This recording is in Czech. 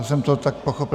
Já jsem to tak pochopil...